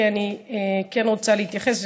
כי אני כן רוצה להתייחס.